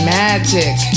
magic